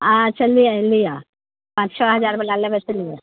अच्छा लिअ लिअ पॉँच छओ हजार बला लेबै से लिअ